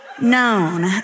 known